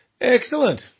Excellent